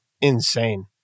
insane